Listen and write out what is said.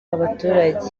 abaturage